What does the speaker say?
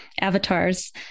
avatars